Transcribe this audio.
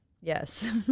Yes